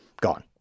gone